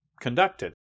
conducted